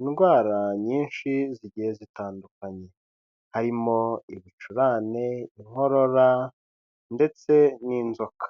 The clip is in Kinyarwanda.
indwara nyinshi zigiye zitandukanye, harimo ibicurane inkorora ndetse n'inzoka.